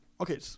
okay